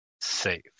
safe